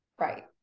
Right